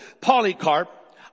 Polycarp